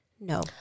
No